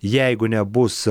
jeigu nebus